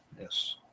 yes